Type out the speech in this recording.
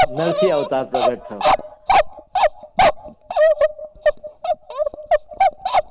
નરસિંહ અવતાર પ્રગટ થયો